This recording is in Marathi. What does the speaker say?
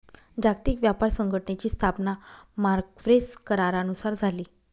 जागतिक व्यापार संघटनेची स्थापना मार्क्वेस करारानुसार झाली